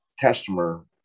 customer